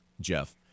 Jeff